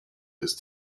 ist